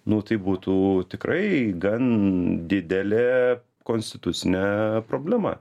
nu tai būtų tikrai gan didele konstitucinė problema